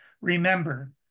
Remember